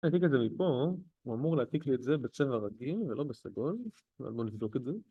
אני אעתיק את זה מפה, הוא אמור להעתיק לי את זה בצבע רגיל ולא בסגול, אז בואו נבדוק את זה